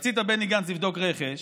רצית, בני גנץ, לבדוק רכש,